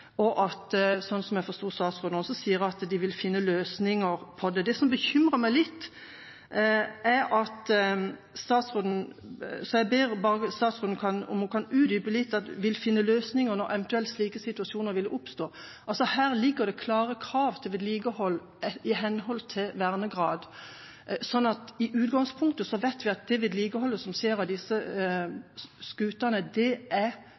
og også sier, slik jeg forsto statsråden, at de vil finne løsninger på det. Jeg ber derfor om at statsråden utdyper litt dette at hun vil finne løsninger når slike situasjoner eventuelt oppstår. Her ligger det klare krav til vedlikehold i henhold til vernegrad, så i utgangspunktet vet vi at vedlikeholdet av disse skutene er dyrt, og det kommer med jevne og ujevne mellomrom. Så hvis statsråden kunne si noe om hvordan hun tenker når det